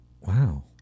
Wow